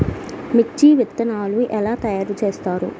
మిర్చి విత్తనాలు ఎలా తయారు చేస్తారు?